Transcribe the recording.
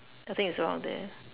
I think it's around there